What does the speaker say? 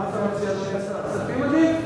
כספים עדיף?